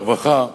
הרווחה והבריאות,